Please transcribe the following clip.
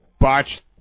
botched